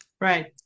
right